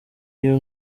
iyo